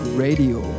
Radio